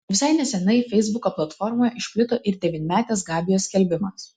visai neseniai feisbuko platformoje išplito ir devynmetės gabijos skelbimas